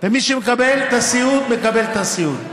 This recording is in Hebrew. ומי שמקבל את הסיעוד, מקבל את הסיעוד.